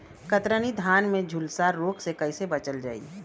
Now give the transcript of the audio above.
कतरनी धान में झुलसा रोग से कइसे बचल जाई?